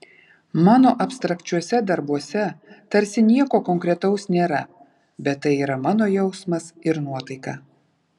mano abstrakčiuose darbuose tarsi nieko konkretaus nėra bet tai yra mano jausmas ir nuotaika